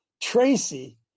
Tracy